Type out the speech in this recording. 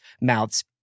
mouth's